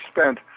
spent